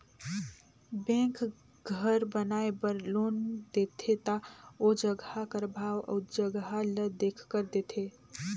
bank घर बनाए बर लोन देथे ता ओ जगहा कर भाव अउ जगहा ल देखकर देथे